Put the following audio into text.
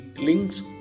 links